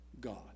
God